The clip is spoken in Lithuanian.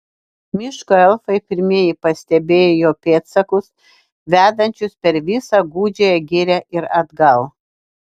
miško elfai pirmieji pastebėjo jo pėdsakus vedančius per visą gūdžiąją girią ir atgal